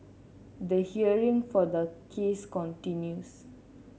the hearing for the case continues